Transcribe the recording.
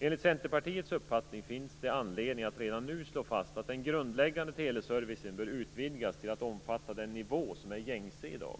Enligt Centerpartiets uppfattning finns det anledning att redan nu slå fast att den grundläggande teleservicen bör utvidgas till att omfatta i dag gängse nivå.